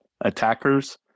attackers